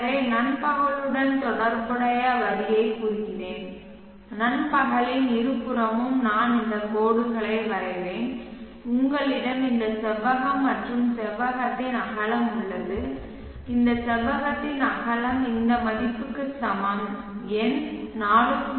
எனவே நண்பகலுடன் தொடர்புடைய வரியைக் குறிக்கிறேன் நண்பகலின் இருபுறமும் நான் இந்த கோடுகளை வரைவேன் உங்களிடம் இந்த செவ்வகம் மற்றும் செவ்வகத்தின் அகலம் உள்ளது இந்த செவ்வகத்தின் அகலம் இந்த மதிப்புக்கு சமம் எண் 4